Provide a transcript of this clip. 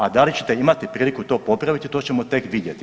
A da li ćete imati priliku to popraviti to ćemo tek vidjeti.